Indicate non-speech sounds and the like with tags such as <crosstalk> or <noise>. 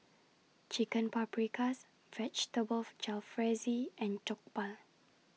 Chicken Paprikas Vegetable <noise> Jalfrezi and Jokbal